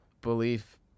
belief